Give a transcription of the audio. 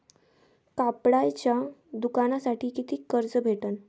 कापडाच्या दुकानासाठी कितीक कर्ज भेटन?